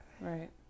right